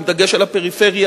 עם דגש על הפריפריה,